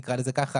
נקרא לזה כך,